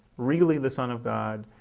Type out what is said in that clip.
really the son of god,